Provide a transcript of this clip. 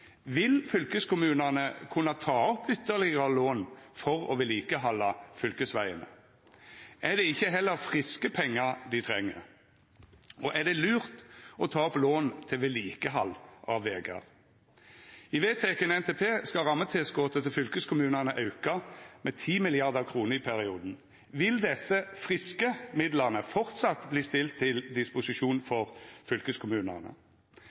Vil fylkeskommunane kunna ta opp ytterlegare lån for å vedlikehalda fylkesvegane? Er det ikkje heller friske pengar dei treng? Og er det lurt å ta opp lån til vedlikehald av vegar? I vedteken NTP skal rammetilskotet til fylkeskommunane auka med 10 mrd. kr i perioden. Vil desse friske midlane fortsatt verte stilte til disposisjon for fylkeskommunane?